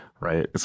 right